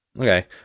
Okay